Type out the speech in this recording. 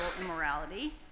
immorality